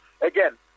Again